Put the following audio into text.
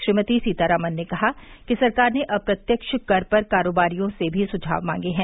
श्रीमती सीतारामन ने कहा कि सरकार ने अप्रत्यक्ष कर पर कारोबारियों से भी सुझाव मांगे हैं